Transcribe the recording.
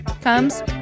comes